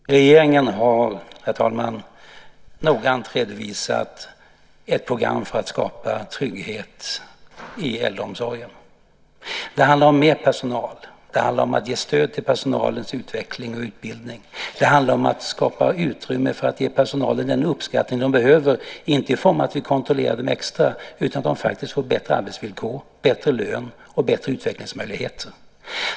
Herr talman! Regeringen har noggrant redovisat ett program för att skapa trygghet i äldreomsorgen. Det handlar om mer personal. Det handlar om att ge stöd till personalens utveckling och utbildning. Det handlar om att skapa utrymme för att ge personalen den uppskattning de behöver, inte i form av att vi kontrollerar dem extra utan att de faktiskt får bättre arbetsvillkor, bättre lön och bättre utvecklingsmöjligheter.